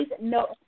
no